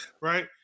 Right